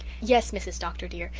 yes, mrs. dr. dear,